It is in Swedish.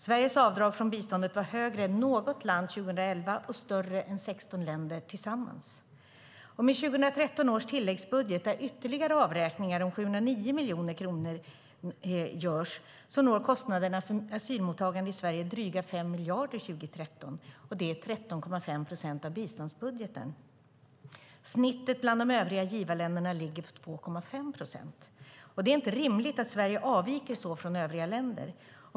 Sveriges avdrag från biståndet var högre än något land 2011 och större än 16 länder tillsammans. Med 2013 års tilläggsbudget där ytterligare avräkningar om 709 miljoner kronor görs når kostnaderna för asylmottagandet i Sverige dryga 5 miljarder 2013. Det är 13,5 procent av biståndsbudgeten. Snittet bland de övriga givarländerna ligger på 2,5 procent. Det är inte rimligt att Sverige avviker så från övriga länder.